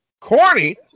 Corny